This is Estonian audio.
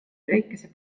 väikese